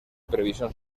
previsión